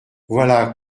voilà